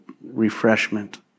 refreshment